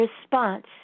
Response